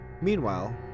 Meanwhile